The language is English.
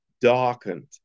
darkened